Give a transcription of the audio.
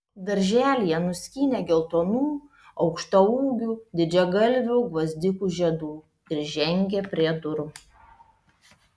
darželyje nuskynė geltonų aukštaūgių didžiagalvių gvazdikų žiedų ir žengė prie durų